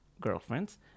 girlfriends